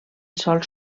sòls